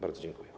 Bardzo dziękuję.